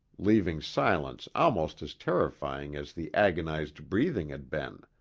leaving silence almost as terrifying as the agonized breathing had been.